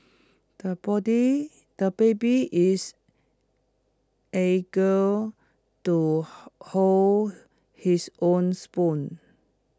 the body the baby is eager to hold his own spoon